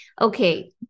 okay